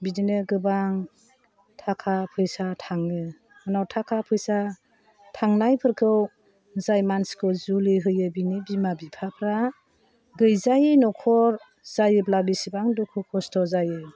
बिदिनो गोबां थाखा फैसा थाङो उनाव थाखा फैसा थांनायफोरखौ जाय मानसिखौ जुलि होयो बिनि बिमा बिफाफ्रा गैजायै नखर जायोब्ला बिसिबां दुखु खस्थ' जायो